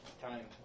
time